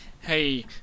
hey